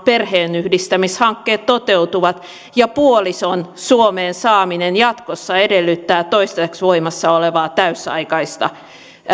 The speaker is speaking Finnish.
perheenyhdistämishankkeet toteutuvat ja puolison suomeen saaminen jatkossa edellyttää toistaiseksi voimassa olevaa täysiaikaista